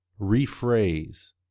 rephrase